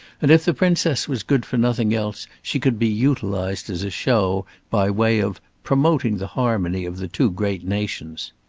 and if the princess was good for nothing else, she could be utilized as a show by way of promoting the harmony of the two great nations.